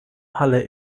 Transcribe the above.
halle